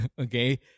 Okay